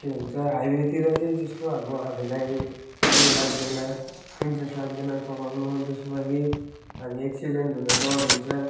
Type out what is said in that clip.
के भन्छ हाइवेतिर चाहिँ त्यस्तो अब हामीलाई उयो लाग्दैन इन्टरेस्ट लाग्दैन चलाउन जसमा कि बाइक एक्सिडेन्ट हुने डर हुन्छ